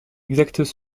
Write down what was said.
exactes